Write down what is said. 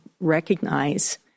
recognize